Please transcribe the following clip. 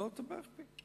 והוא לא תומך בי.